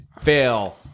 fail